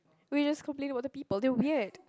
realise complaint about the people they weird